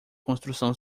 construção